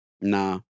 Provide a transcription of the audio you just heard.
Nah